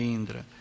Indra